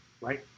right